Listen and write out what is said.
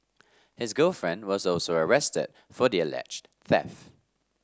his girlfriend was also arrested for the alleged theft